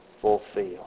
fulfill